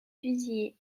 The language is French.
fusillé